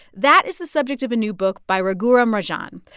that is the subject of a new book by raghuram rajan.